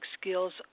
skills